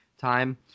time